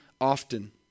often